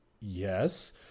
Yes